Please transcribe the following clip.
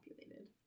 populated